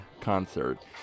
concert